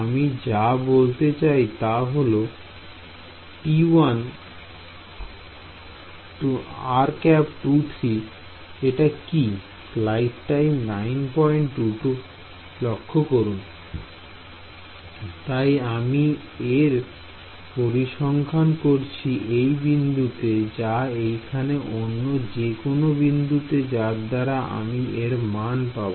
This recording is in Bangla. আমি যা বলতে চাই তা হল তাই আমি এর পরিসংখ্যান করছি এই বিন্দুতে বা এইখানে অন্য যে কোন বিন্দুতে যার দ্বারা আমি এর মান পাব